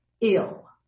ill